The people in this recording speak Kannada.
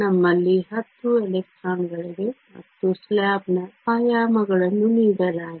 ನಮ್ಮಲ್ಲಿ 10 ಎಲೆಕ್ಟ್ರಾನ್ಗಳಿವೆ ಮತ್ತು ಸ್ಲಾಬ್ನ ಆಯಾಮಗಳನ್ನು ನೀಡಲಾಗಿದೆ